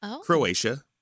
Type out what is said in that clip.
Croatia